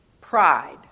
Pride